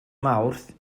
mawrth